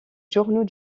journaux